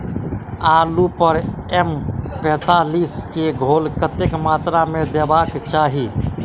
आलु पर एम पैंतालीस केँ घोल कतेक मात्रा मे देबाक चाहि?